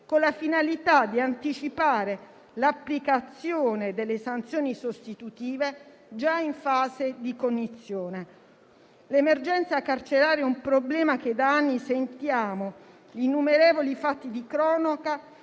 con la finalità di anticipare l'applicazione delle sanzioni sostitutive già in fase di cognizione. L'emergenza carceraria è un problema che da anni sentiamo; innumerevoli fatti di cronaca